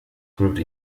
grouped